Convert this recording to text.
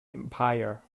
empire